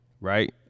right